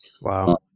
Wow